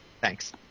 Thanks